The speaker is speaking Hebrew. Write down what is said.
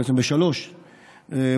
בעצם בשלושתן,